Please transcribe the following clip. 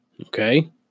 okay